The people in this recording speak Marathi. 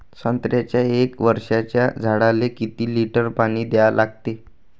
संत्र्याच्या एक वर्षाच्या झाडाले किती लिटर पाणी द्या लागते?